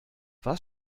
was